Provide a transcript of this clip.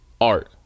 art